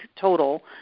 total